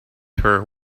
her